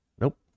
Nope